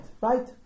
right